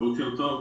בוקר טוב,